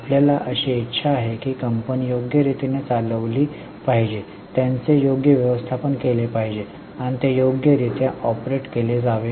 आपल्याला अशी इच्छा आहे की कंपनी योग्य रीतीने चालविली पाहिजे त्यांचे योग्य व्यवस्थापन केले पाहिजे आणि ते योग्य रित्या ऑपरेट केले जावे